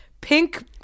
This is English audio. pink